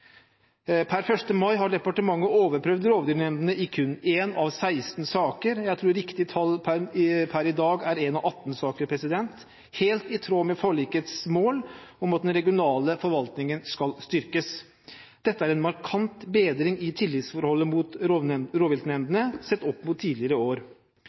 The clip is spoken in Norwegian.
Per 1. mai har departementet overprøvd rovdyrnemndene i kun 1 av 16 saker. Jeg tror riktig tall per i dag er 1 av 18 saker, helt i tråd med forlikets mål om at den regionale forvaltningen skal styrkes. Dette er en markant bedring i tillitsforholdet mot rovviltnemndene sett opp mot tidligere i år.